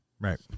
right